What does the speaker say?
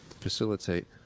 facilitate